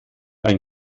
ein